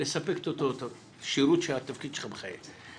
לספק את השירות שהתפקיד שלך מחייב.